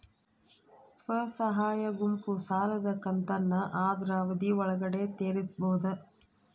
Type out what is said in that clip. ಸ್ವಸಹಾಯ ಗುಂಪು ಸಾಲದ ಕಂತನ್ನ ಆದ್ರ ಅವಧಿ ಒಳ್ಗಡೆ ತೇರಿಸಬೋದ?